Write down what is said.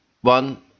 one